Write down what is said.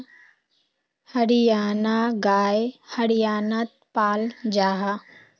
हरयाना गाय हर्यानात पाल जाहा